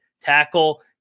tackle –